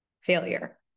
Failure